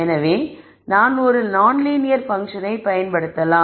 எனவே நான் ஒரு நான்லீனியர் பன்க்ஷனை பயன்படுத்தலாம்